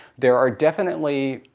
there are definitely